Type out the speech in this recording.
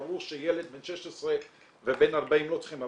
ברור שילד בן 16 ובן 40 לא צריכים,